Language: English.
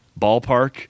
ballpark